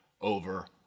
over